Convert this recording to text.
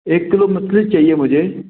एक किलो मछली चाहिए मुझे